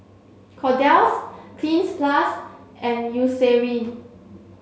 Kordel's Cleanz plus and Eucerin